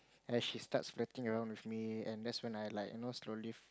and she starts flirting along with me and that's when I like you know slowly